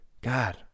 God